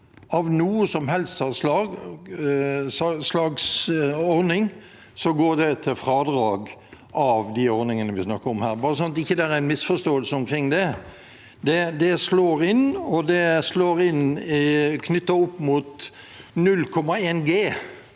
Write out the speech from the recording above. av noe som helst slag, går det til fradrag av de ordningene vi snakker om her. Bare så det ikke er misforståelser omkring det. Det slår inn, og det slår inn knyttet opp mot 0,1 G.